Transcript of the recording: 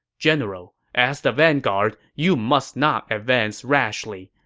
general, as the vanguard, you must not advance rashly.